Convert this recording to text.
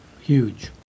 Huge